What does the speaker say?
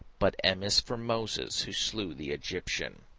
but m is for moses who slew the egyptian.